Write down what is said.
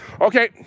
Okay